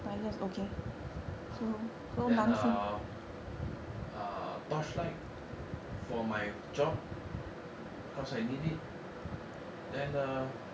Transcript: then uh torchlight for my job cause I need it then uh